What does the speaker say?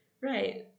Right